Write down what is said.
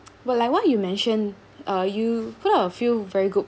but like what you mention uh you come out with a few very good